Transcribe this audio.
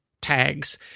tags